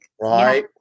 Right